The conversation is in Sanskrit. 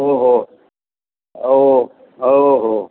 होहो हो हो हो